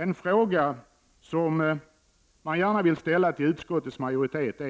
En fråga vill jag gärna ställa till utskottets majoritet: